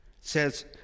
says